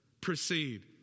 proceed